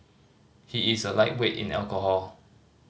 he is a lightweight in alcohol